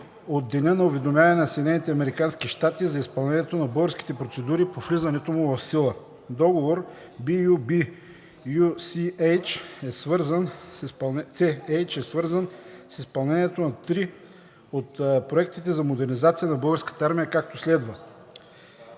от деня на уведомяване на САЩ за изпълнението на българските процедури по влизането му в сила. Договор (LOA) BU-B-UCH е свързан с изпълнението на три от проектите за модернизация на Българската армия, както следва: